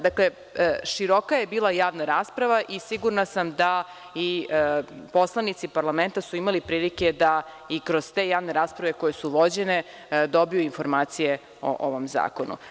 Dakle, široka je bila javna rasprava i sigurna sam da i poslanici parlamenta su imali prilike da i kroz te javne rasprave koje su vođene dobiju informacije o ovom zakonu.